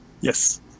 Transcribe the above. Yes